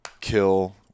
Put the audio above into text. kill